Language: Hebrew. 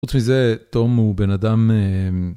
חוץ מזה תום הוא בן אדם.